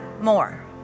more